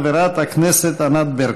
חברת הכנסת ענת ברקו.